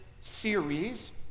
series